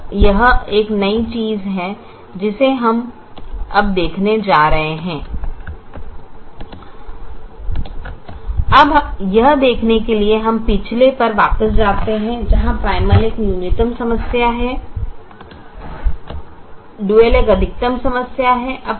अब यह एक नई चीज है जिसे हम अब देखने जा रहे हैं अब यह देखने के लिए हम पिछले संदर्भ समय 1534 पर वापस जाते हैं जहां प्राइमल एक न्यूनतम समस्या है डुअल एक अधिकतम समस्या है